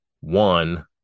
One